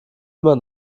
immer